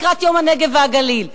לקראת יום הנגב והגליל?